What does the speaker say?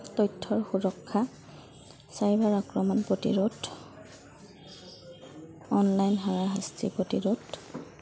তথ্যৰ সুৰক্ষা চাইবাৰ আক্ৰমণ প্ৰতিৰোধ অনলাইন হাৰাশাস্তি প্ৰতিৰোধ